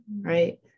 right